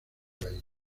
país